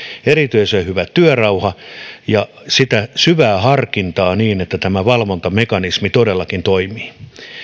erityisen hyvä työrauha tehdä sitä syvää harkintaa niin että tämä valvontamekanismi todellakin toimii